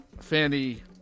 Fanny